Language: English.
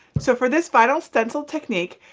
so for this vinyl stencil technique,